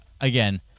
Again